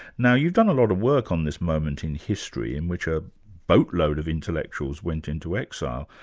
now you've done a lot of work on this moment in history, in which a boatload of intellectuals went into exile.